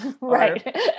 Right